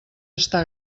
està